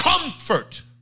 Comfort